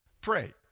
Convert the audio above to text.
pray